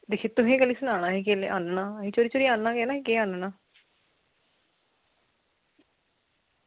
ते दिक्खो तुसें ई केह्ली सनाना ही की आह्नना ते तेरे घरै गी आह्नना केह् आह्नना